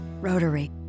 Rotary